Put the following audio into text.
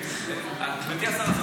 גברתי השרה,